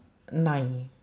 nine